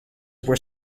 were